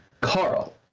Carl